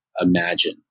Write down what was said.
imagine